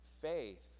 Faith